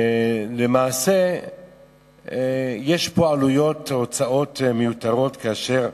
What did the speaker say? למעשה יש פה עלויות, הוצאות מיותרות, כאשר